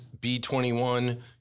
B-21